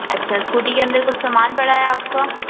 अच्छा स्कूटी के अन्दर कोई सामान पड़ा है आपका